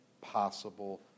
possible